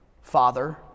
father